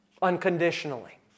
Unconditionally